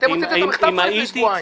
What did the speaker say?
אתם הוצאתם את המכתב כבר לפני שבועיים.